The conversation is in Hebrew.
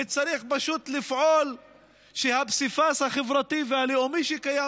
וצריך פשוט לפעול שהפסיפס החברתי והלאומי שקיים